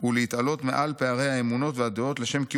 ולהתעלות מעל פערי האמונות והדעות לשם קיום